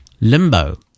limbo